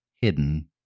hidden